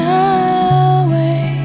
away